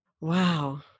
Wow